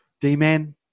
D-Man